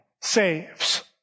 saves